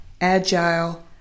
agile